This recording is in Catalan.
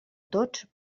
tots